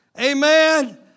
Amen